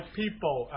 people